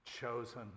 chosen